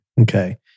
Okay